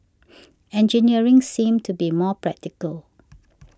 engineering seemed to be more practical